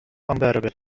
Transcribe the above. unbearable